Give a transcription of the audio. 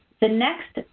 the next